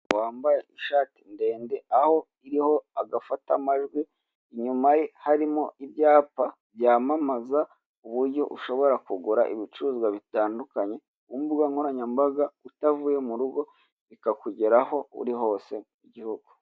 Wambaye ishati ndende aho iriho agafatamajwi, Inyuma ye harimo ibyapa byamamaza uko ushobora kugura ibicuruzwa bitandukanye, ku mbugankoranyambaga utavuye mu rugo, bikakugeraho aho uri hose.